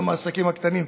גם העסקים הקטנים,